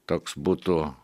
toks būtų